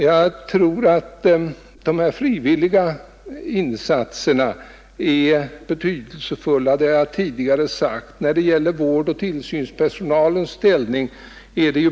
Som jag tidigare sagt tror jag att de frivilliga insatserna här är mycket betydelsefulla.